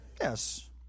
yes